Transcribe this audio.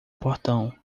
portão